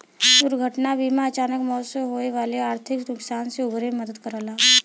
दुर्घटना बीमा अचानक मौत से होये वाले आर्थिक नुकसान से उबरे में मदद करला